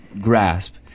grasp